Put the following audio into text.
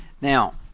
Now